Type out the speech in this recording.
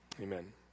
Amen